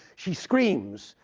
she screams.